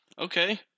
Okay